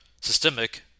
systemic